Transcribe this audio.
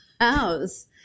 house